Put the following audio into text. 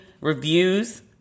reviews